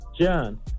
John